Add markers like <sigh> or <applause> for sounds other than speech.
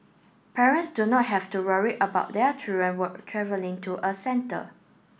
parents do not have to worry about their children <unintelligible> travelling to a centre